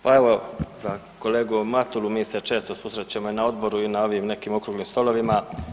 Pa evo za kolegu Matulu, mi se često susrećemo i na odboru i na ovim nekim okruglim stolovima.